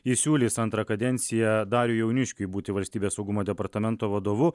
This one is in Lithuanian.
ji siūlys antrą kadenciją dariui jauniškiui būti valstybės saugumo departamento vadovu